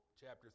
Chapter